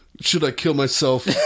should-I-kill-myself